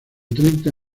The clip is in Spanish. treinta